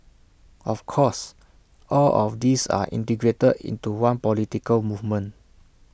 of course all of these are integrated into one political movement